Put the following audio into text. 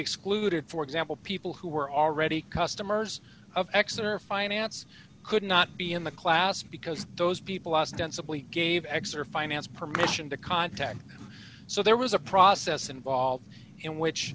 excluded for example people who were already customers of exeter finance could not be in the class because those people ostensibly gave xor finance permission to contact so there was a process involved in which